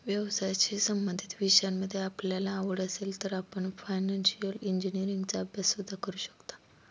व्यवसायाशी संबंधित विषयांमध्ये आपल्याला आवड असेल तर आपण फायनान्शिअल इंजिनीअरिंगचा अभ्यास सुद्धा करू शकता